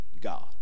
God